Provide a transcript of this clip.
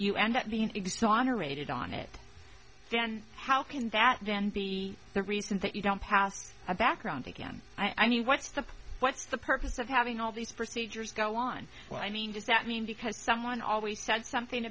you end up being exonerated on it then how can that dan be the reason that you don't pass a background again i mean what's the what's the purpose of having all these procedures go on well i mean does that mean because someone always said something